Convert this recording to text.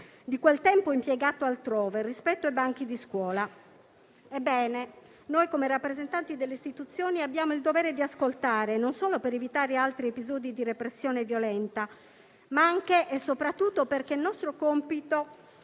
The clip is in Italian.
di quel tempo impiegato altrove rispetto ai banchi di scuola. Ebbene, come rappresentanti delle istituzioni abbiamo il dovere di ascoltare, e non solo per evitare altri episodi di repressione violenta, ma anche e soprattutto perché il nostro compito